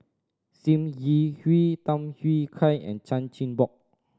Sim Yi Hui Tham Yui Kai and Chan Chin Bock